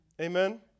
Amen